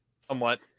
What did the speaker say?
somewhat